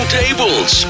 tables